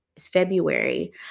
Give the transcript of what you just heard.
February